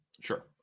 Sure